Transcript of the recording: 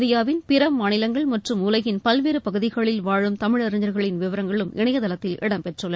இந்தியாவின் பிற மாநிலங்கள் மற்றம் உலகின் பல்வேறு பகுதிகளில் வாழும் தமிழறிஞர்களின் விவரங்களும் இணையத்தளத்தில் இடம்பெற்றுள்ள